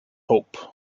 hope